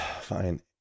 fine